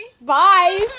Bye